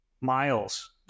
miles